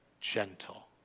gentle